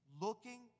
looking